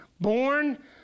Born